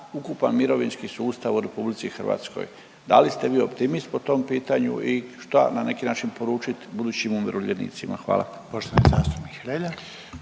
ukupan mirovinski sustav u RH, da li ste vi optimist po tom pitanju i šta na neki način poručit budućim umirovljenicima? Hvala.